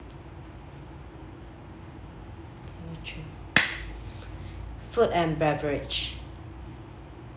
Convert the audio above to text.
one two three food and beverage